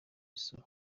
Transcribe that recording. isura